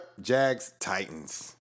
Jags-Titans